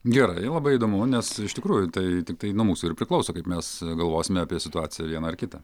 gerai labai įdomu nes iš tikrųjų tai tiktai nuo mūsų ir priklauso kaip mes galvosime apie situaciją vieną ar kitą